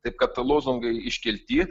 taip kad lozungai iškelti